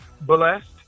blessed